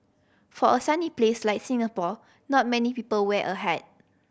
for a sunny place like Singapore not many people wear a hat